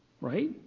right